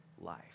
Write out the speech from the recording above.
life